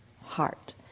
heart